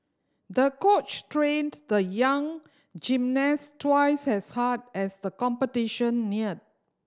the coach trained the young gymnast twice as hard as the competition neared